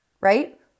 right